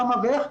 כמה ואיך?